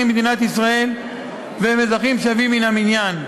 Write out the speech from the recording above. במדינת ישראל והם אזרחים שווים מן המניין.